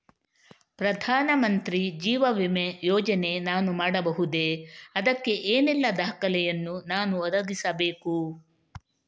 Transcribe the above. ಪ್ರಧಾನ ಮಂತ್ರಿ ಜೀವ ವಿಮೆ ಯೋಜನೆ ನಾನು ಮಾಡಬಹುದೇ, ಅದಕ್ಕೆ ಏನೆಲ್ಲ ದಾಖಲೆ ಯನ್ನು ನಾನು ಒದಗಿಸಬೇಕು?